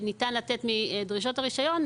שניתן לתת מדרישות הרישיון,